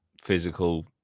physical